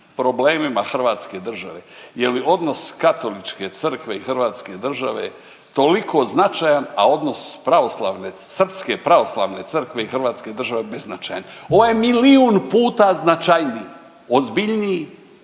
problemima hrvatske državne je li odnos Katoličke crkve i hrvatske države toliko značajan, a odnos pravoslavne Srpske pravoslavne crkve i Hrvatske države beznačajan, ovo je milijun puta značajniji, ozbiljniji